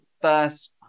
first